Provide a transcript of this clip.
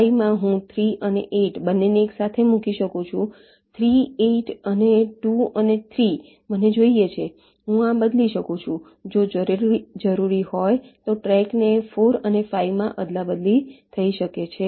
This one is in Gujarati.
5 માં હું 3 અને 8 બંનેને એકસાથે મૂકી શકું છું 3 8 અને 2 અને 3 મને જોઈએ છે હું આ બદલી શકું છું જો જરૂરી હોય તો ટ્રેક 4 અને 5 અદલાબદલી થઈ શકે છે